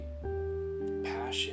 passion